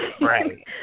Right